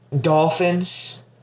Dolphins